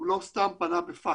לא סתם הוא פנה בפקס.